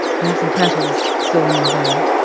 you have some petals still in your hair.